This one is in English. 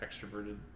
extroverted